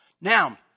Now